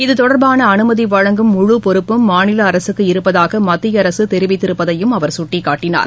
இத்தொடர்பான அனுமதி வழங்கும் முழு பொறுப்பும் மாநில அரசுக்கு இருப்பதாக மத்திய அரசு தெரிவித்திருப்பதையும் அவர் சுட்டிக்காட்டினார்